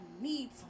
need